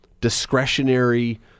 discretionary